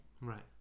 Right